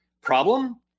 problem